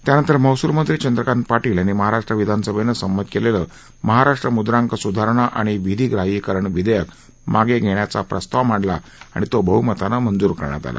त्यानंतर महसूलमंत्री चंद्रकांत पाटील यांनी महाराष्ट्र विधानसभेने संमत केलेलं महाराष्ट्र मुद्रांक सुधारणा आणि विधिग्राह्यीकरण विधेयक मागे घेण्याचा प्रस्ताव मांडला तो बहुमतानं मंजूर करण्यात आला